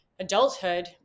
adulthood